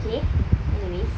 it's okay anyways